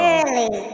Early